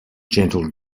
gentle